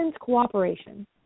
cooperation